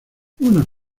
unas